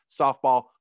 Softball